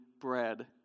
bread